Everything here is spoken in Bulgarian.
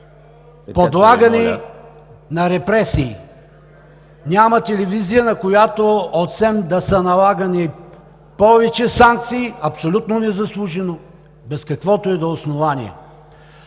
…подлагани на репресии. Няма телевизия, на която от СЕМ да са налагани повече санкции, абсолютно незаслужено, без каквото и да е основание.